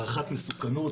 הערכת מסוכנות,